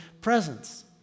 presence